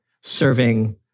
serving